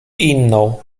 inną